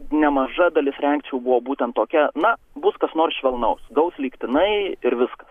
nemaža dalis reakcijų buvo būtent tokia na bus kas nors švelnaus gaus lygtinai ir viskas